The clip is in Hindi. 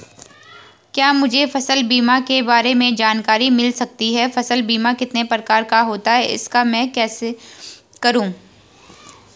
क्या मुझे फसल बीमा के बारे में जानकारी मिल सकती है फसल बीमा कितने प्रकार का होता है इसको मैं कैसे करूँ?